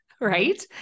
Right